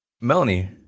Melanie